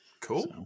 Cool